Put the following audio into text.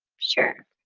sure,